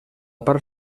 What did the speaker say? part